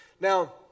Now